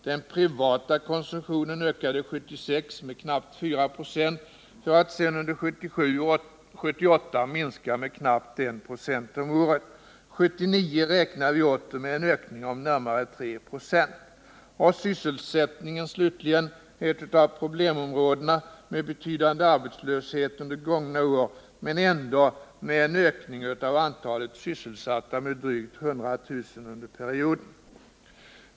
Den privata konsumtionen ökade 1976 med knappt 4 96 för att under 1977 och 1978 minska med knappt 1 96 om året. För år 1979 räknar vi åter med en ökning, om närmare 3 96. Sysselsättningen är slutligen ett av problemområdena, med betydande arbetslöshet under gångna år, men det har ändå skett en ökning av antalet sysselsatta med drygt 100 000 under perioden.